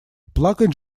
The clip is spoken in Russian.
плакать